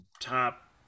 Top